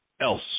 else